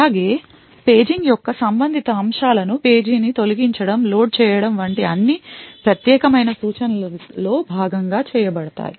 అలాగే పేజింగ్ యొక్క సంబంధిత అంశాలు పేజీని తొలగించడం లోడ్ చేయడం వంటివి అన్నీ ప్రత్యేకమైన సూచనలలో భాగంగా చేయబడతాయి